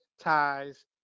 ties